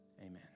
Amen